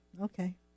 Okay